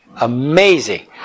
Amazing